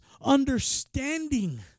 understanding